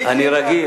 אני רגיל.